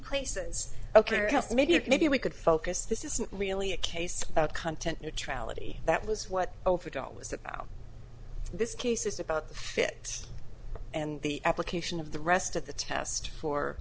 places ok maybe maybe we could focus this isn't really a case about content neutrality that was what was about this case is about fit and the application of the rest of the test for